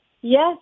Yes